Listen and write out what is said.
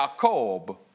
Jacob